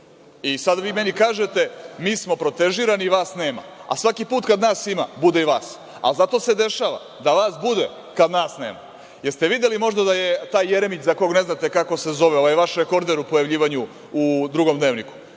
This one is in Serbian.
i sada vi meni kažete da smo protežirani, a da vas nema, a svaki put kad nas ima, bude i vas, ali zato se dešava da vas bude kada nas nema. Da li ste videli da je možda taj Jeremić, za koga ne znate kako se zove, ovaj vaš rekorder u pojavljivanju u Drugom dnevniku,